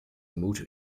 multi